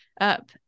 up